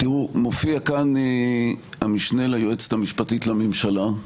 מופיע כאן המשנה ליועצת המשפטית לממשלה,